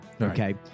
Okay